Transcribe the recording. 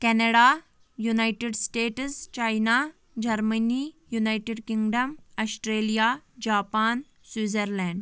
Canada United States China Germany United Kingdom Australia Japan Switzerland